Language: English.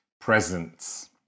presence